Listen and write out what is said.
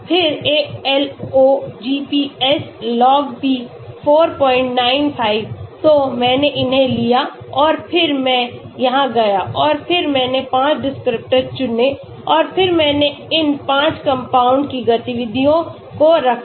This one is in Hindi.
फिर ALOGPS logP 495 तो मैंने इन्हें लिया और फिर मैं यहां गया और फिर मैंने 5 डिस्क्रिप्टर चुने और फिर मैंने इन 5 कंपाउंड की गतिविधियों को रखा